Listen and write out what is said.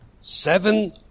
seven